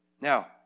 Now